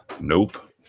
nope